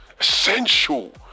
Essential